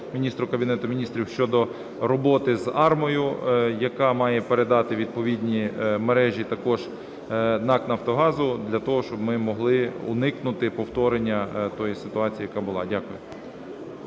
міністру Кабінету Міністрів щодо роботи з АРМА, яка має передати відповідні мережі також НАК "Нафтогазу" для того, щоб ми могли уникнути повторення тої ситуації, яка була. Дякую.